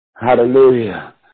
Hallelujah